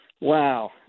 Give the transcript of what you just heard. Wow